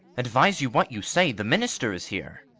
advise you what you say the minister is here.